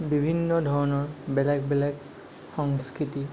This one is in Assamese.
বিভিন্ন ধৰণৰ বেলেগ বেলেগ সংস্কৃতি